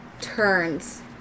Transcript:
turns